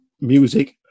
music